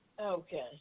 Okay